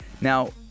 Now